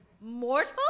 mortal